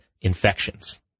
infections